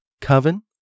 coven